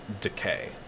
decay